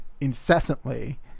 incessantly